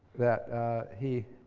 that he